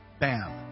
Bam